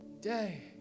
day